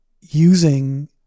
using